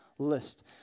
list